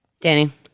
Danny